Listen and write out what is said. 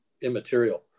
immaterial